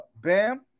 bam